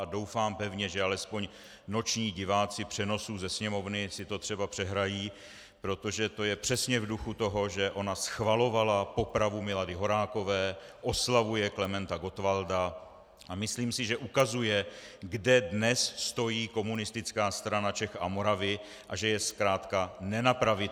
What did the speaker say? A doufám pevně, že alespoň noční diváci přenosů ze Sněmovny si to třeba přehrají, protože to je přesně v duchu toho, že ona schvalovala popravu Milady Horákové, oslavuje Klementa Gottwalda, a myslím si, že ukazuje, kde dnes stojí Komunistická strana Čech a Moravy a že je zkrátka nenapravitelná.